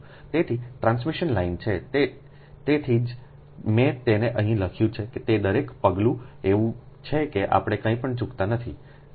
તેથી transmission line છે તેથી જ મેં તેને અહીં લખ્યું છે તે દરેક પગલું એવું છે કે આપણે કંઇપણ ચૂકતા નહીં